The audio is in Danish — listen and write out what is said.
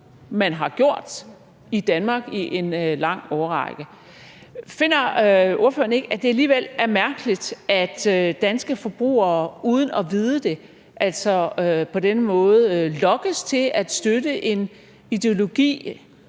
man har gjort i Danmark i en lang årrække. Finder ordføreren ikke, at det alligevel er mærkeligt, at danske forbrugere uden at vide det på den måde altså lokkes til at støtte en ideologi